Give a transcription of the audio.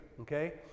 okay